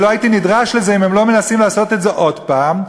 ולא הייתי נדרש לזה אם הם לא מנסים לעשות את זה עוד פעם,